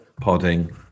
podding